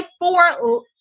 four